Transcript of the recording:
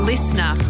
Listener